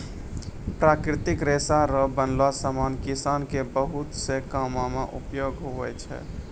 प्राकृतिक रेशा रो बनलो समान किसान के बहुत से कामो मे उपयोग हुवै छै